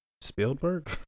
Spielberg